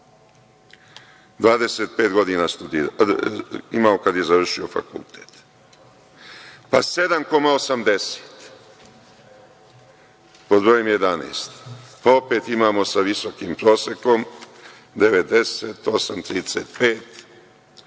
25 godina kad je završio fakultet. Pa, 7,80 pod brojem 11, pa opet imamo sa visokim prosekom 9,35;